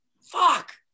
Fuck